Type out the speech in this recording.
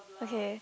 okay